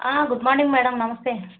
good morning madam నమస్తే